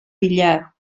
villar